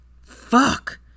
Fuck